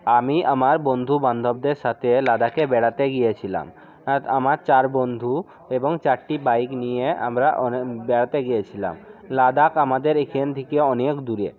আমি আমার বন্ধু বান্ধবদের সাতে লাদাখে বেড়াতে গিয়েছিলাম হ্যাঁ আমার চার বন্ধু এবং চারটি বাইক নিয়ে আমরা অনেক বেড়াতে গিয়েছিলাম লাদাখ আমাদের এখেন থেকে অনেক দূরে